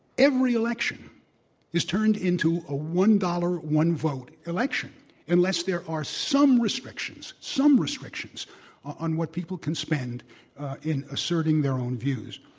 every election is turned into a one dollar, one vote election unless there are some restrictions, some restrictions on what people can spend in asserting their own views.